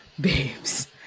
babes